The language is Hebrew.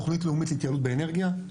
תכנית לאומית להתייעלות באנרגיה,